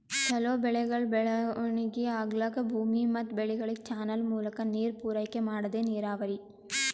ಛಲೋ ಬೆಳೆಗಳ್ ಬೆಳವಣಿಗಿ ಆಗ್ಲಕ್ಕ ಭೂಮಿ ಮತ್ ಬೆಳೆಗಳಿಗ್ ಚಾನಲ್ ಮೂಲಕಾ ನೀರ್ ಪೂರೈಕೆ ಮಾಡದೇ ನೀರಾವರಿ